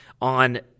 on